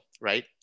right